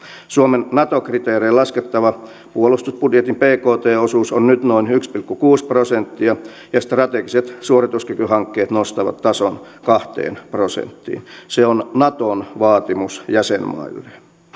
suomen nato kriteerein laskettava puolustusbudjetin bkt osuus on nyt noin yksi pilkku kuusi prosenttia ja strategiset suorituskykyhankkeet nostavat tason kahteen prosenttiin se on naton vaatimus jäsenmailleen